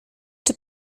czy